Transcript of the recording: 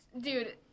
Dude